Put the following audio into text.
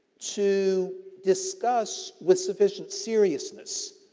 to discuss, with sufficient seriousness,